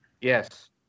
Yes